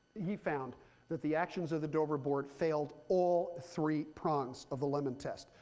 he found that the actions of the dover board failed all three prongs of the lemon test.